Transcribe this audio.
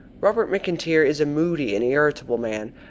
robert mcintyre is a moody and irritable man,